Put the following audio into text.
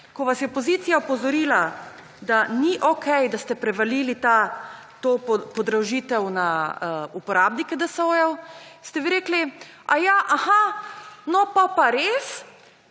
Ko vas je opozicija opozorila, da ni okej, da ste prevalili to podražitev na uporabnike DSO ste rekli a ha, potem pa res